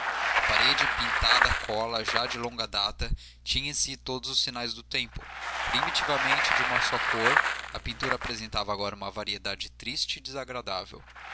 a parede pintada a cola já de longa data tinha em si os sinais do tempo primitivamente de uma só cor a pintura apresentava agora uma variedade triste e desagradável